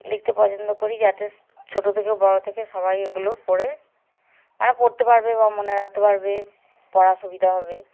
লিখতে পছন্দ করি যাতে ছোটো থেকে বড়ো থেকে সবাই ওগুলো পড়ে মানে পড়তে পারবে বা মনে রাখতে পারবে পড়ার সুবিধা হবে